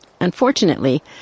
Unfortunately